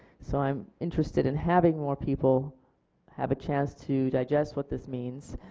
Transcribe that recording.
so i'm interested and having more people have a chance to digest what this means.